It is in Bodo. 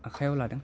आखाइयाव लादों